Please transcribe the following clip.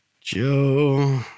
Joe